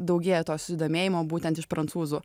daugėja to susidomėjimo būtent iš prancūzų